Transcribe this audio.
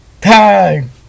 time